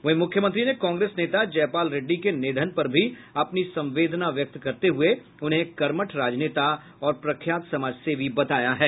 वहीं मुख्यमंत्री ने कांग्रेस नेता जयपाल रेड्डी के निधन पर भी अपनी संवेदना व्यक्त करते हुए उन्हें एक कर्मठ राजनेता और प्रख्यात समाजसेवी बताया है